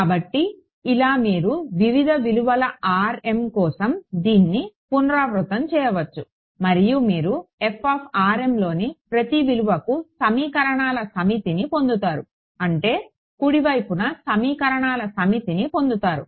కాబట్టి ఇలా మీరు వివిధ విలువల కోసం దీన్ని పునరావృతం చేయవచ్చు మరియు మీరు లోని ప్రతి విలువకు సమీకరణాల సమితిని పొందుతారు అంటే కుడి వైపున సమీకరణాల సమితిని పొందుతారు